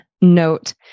note